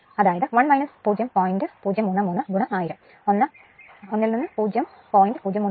അതായത് 1 0